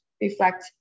reflect